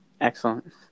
Excellent